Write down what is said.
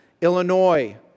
Illinois